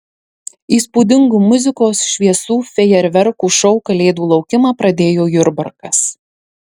įspūdingu muzikos šviesų fejerverkų šou kalėdų laukimą pradėjo jurbarkas